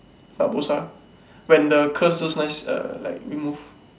Barbossa when the curse just nice err like remove